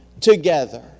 together